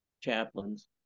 chaplains